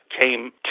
came